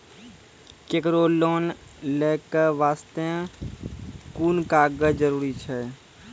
केकरो लोन लै के बास्ते कुन कागज जरूरी छै?